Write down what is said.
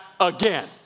again